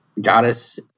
goddess